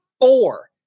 four